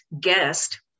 guest